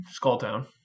Skulltown